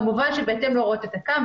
כמובן, בהתאם להוראות הדין,